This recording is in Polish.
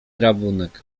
rabunek